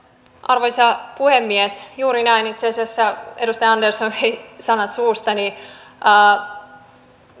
arvoisa puhemies juuri näin itse asiassa edustaja andersson vei sanat suustani